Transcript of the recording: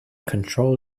control